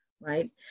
right